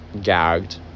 Gagged